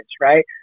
right